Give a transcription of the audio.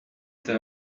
the